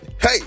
hey